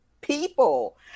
people